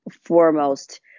foremost